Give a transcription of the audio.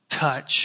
touch